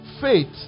Faith